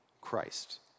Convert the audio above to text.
Christ